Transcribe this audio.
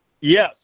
Yes